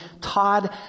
Todd